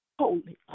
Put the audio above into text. holy